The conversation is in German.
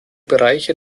bereiche